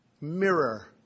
mirror